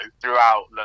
throughout